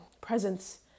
presence